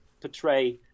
portray